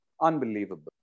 unbelievable